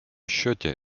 счете